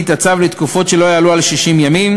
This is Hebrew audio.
את הצו לתקופות שלא יעלו על 60 ימים,